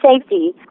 safety